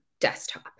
desktop